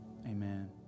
amen